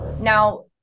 Now